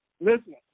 Listen